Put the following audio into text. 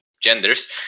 genders